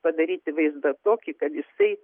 padaryti vaizdą tokį kad jisai